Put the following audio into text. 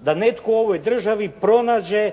da netko u ovoj državi pronađe